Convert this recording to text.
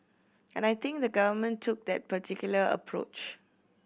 and I think the Government took that particular approach